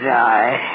die